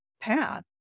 path